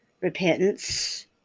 repentance